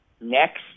Next